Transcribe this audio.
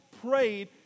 prayed